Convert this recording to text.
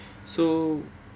so